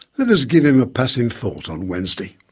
let us give him a passing thought on wednesday.